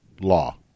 law